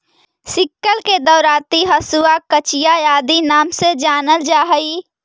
sickle के दरांति, हँसुआ, कचिया आदि नाम से जानल जा हई